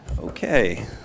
Okay